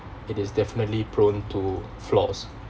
it is definitely prone to flaws